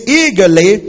eagerly